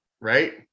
Right